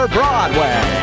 Broadway